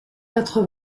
quatre